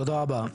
תודה רבה.